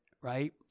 right